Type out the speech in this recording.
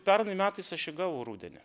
pernai metais aš jį gavau rudenį